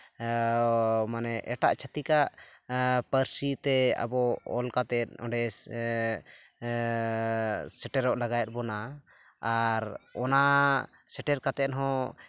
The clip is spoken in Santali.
ᱢᱟᱱᱮ ᱮᱴᱟᱜ ᱪᱷᱟᱹᱛᱤᱠᱟᱜ ᱯᱟᱹᱨᱥᱤᱛᱮ ᱟᱵᱚ ᱚᱞ ᱠᱟᱛᱮᱫ ᱚᱸᱰᱮ ᱥᱮᱴᱮᱨᱚᱜ ᱞᱟᱜᱟᱣᱮᱫ ᱵᱚᱱᱟ ᱟᱨ ᱚᱱᱟ ᱥᱮᱴᱮᱨ ᱠᱟᱛᱮᱜ ᱦᱚᱸ